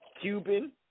Cuban